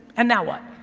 and now what,